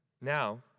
Now